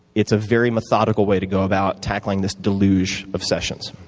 it's a very methodical way to go about tackling this deluge of sessions.